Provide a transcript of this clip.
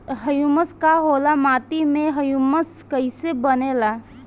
Humus का होला माटी मे ह्यूमस कइसे बनेला?